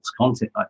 content